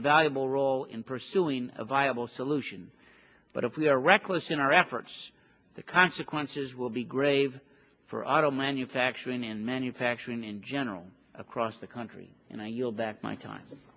a valuable role in pursuing a viable solution but if we are reckless in our efforts the consequences will be grave for i don't manufacturing and manufacturing in general across the country and i yield back my time